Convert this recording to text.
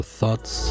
Thoughts